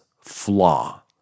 flaw